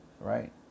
right